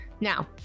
Now